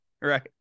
right